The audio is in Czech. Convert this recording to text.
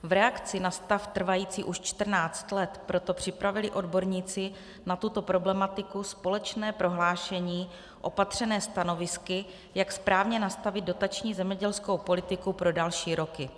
V reakci na stav trvající už 14 let proto připravili odborníci na tuto problematiku společné prohlášení opatřené stanovisky, jak správně nastavit dotační zemědělskou politiku pro další roky.